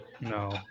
No